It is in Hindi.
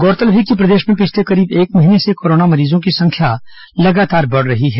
गौरतलब है कि प्रदेश में पिछले करीब एक महीने से कोरोना मरीजों की संख्या लगातार बढ़ रही है